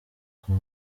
kwa